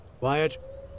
Wyatt